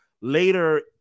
later